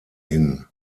hin